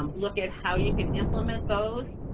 um look at how you can implement those,